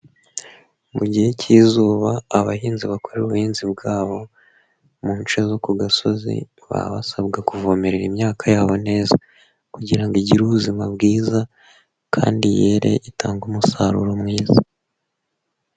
Mu gihe cy'izuba abahinzi bakora ubuhinzi bwabo mu nce zo ku gasozi, baba basabwa kuvomerera imyaka yabo neza kugira ngo igire ubuzima bwiza kandi yere itanga umusaruro mwiza.